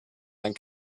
ein